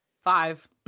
Five